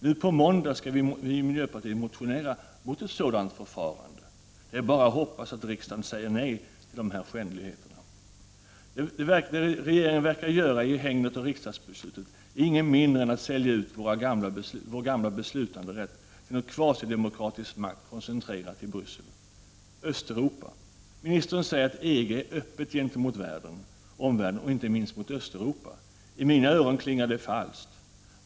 Nu på måndag skall vi i miljöpartiet motionera mot ett sådant förfarande. Det är bara att hoppas att riksdagen säger nej till dessa skändligheter. Det regeringen verkar göra i hägnet av riksdagsbeslutet är inget mindre än att sälja ut Sveriges gamla beslutanderätt till någon kvasidemokratisk makt koncentrerad till Bryssel. Ministern säger att EG är öppet gentemot omvärlden och inte minst mot Östeuropa. I mina öron klingar detta falskt.